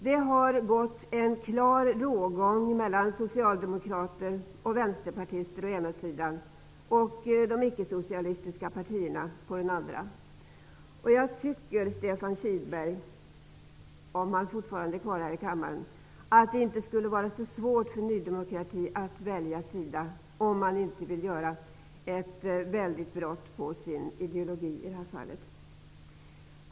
Det har gått en klar rågång mellan socialdemokrater och vänsterpartister å ena sidan och icke-socialistiska partier å andra sidan. Om Stefan Kihlberg fortfarande är kvar i kammaren vill jag rikta mig till honom och säga att det inte borde vara så svårt för Ny demokrati att välja sida, om man inte vill göra ett stort brott mot sin egen ideologi, som i det här fallet.